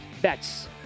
bets